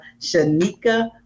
Shanika